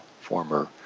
former